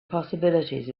possibilities